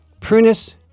prunus